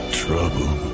trouble